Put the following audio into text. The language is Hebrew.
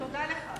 תודה לך.